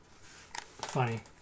Funny